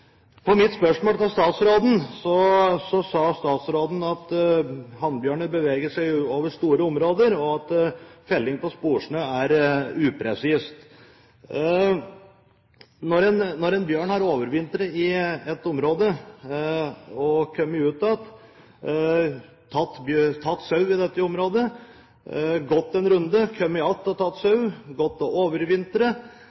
På mitt spørsmål svarte statsråden at hannbjørner beveger seg over store områder, og at felling på sporsnø er «upresist». Når en bjørn overvintrer i ett område og kommer ut igjen, tar sau i dette området, går en runde,